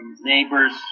neighbors